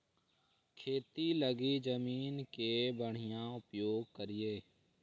खेती लगी जमीन के बढ़ियां उपयोग करऽ